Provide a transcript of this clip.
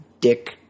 dick